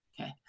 okay